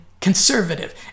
conservative